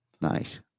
Nice